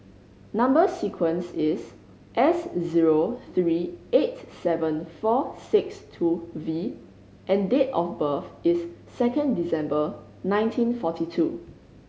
number sequence is S zero three eight seven four six two V and date of birth is second December nineteen forty two